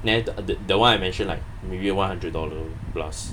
there the the the [one] I mention like maybe like one hundred dollar plus